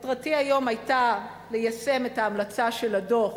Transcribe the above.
מטרתי היום היתה ליישם את ההמלצה של הדוח.